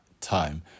time